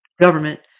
government